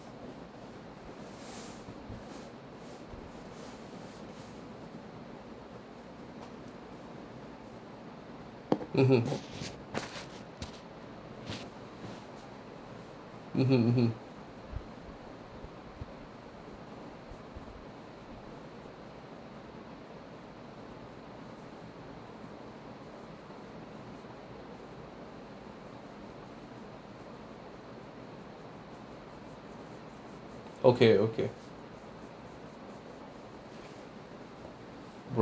mmhmm mmhmm mmhmm okay okay